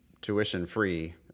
tuition-free